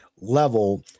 level